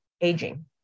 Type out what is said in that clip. aging